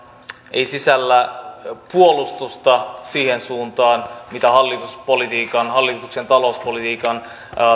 ei sisällä puolustusta siihen suuntaan mitä hallituspolitiikan hallituksen talouspolitiikan